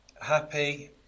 happy